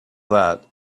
that